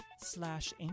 slash